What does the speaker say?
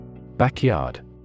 Backyard